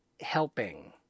helping